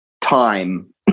time